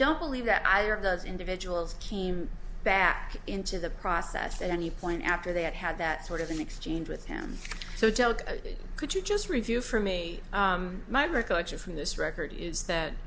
don't believe that either of those individuals came back into the process at any point after they had had that sort of an exchange with him so tell could you just review for me my recollection from this record is that